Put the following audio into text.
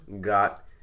got